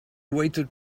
waited